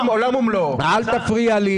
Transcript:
אני לא הפרעתי לך.